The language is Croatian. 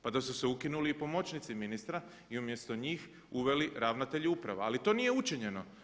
Pa da su se ukinuli i pomoćnici ministra i umjesto njih uveli ravnatelji uprava, ali to nije učinjeno.